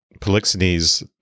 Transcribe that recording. Polixenes